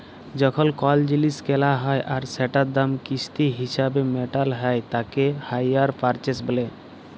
যখল কল জিলিস কেলা হ্যয় আর সেটার দাম কিস্তি হিছাবে মেটাল হ্য়য় তাকে হাইয়ার পারচেস ব্যলে